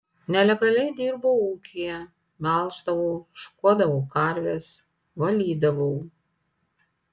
nelegaliai dirbau ūkyje melždavau šukuodavau karves valydavau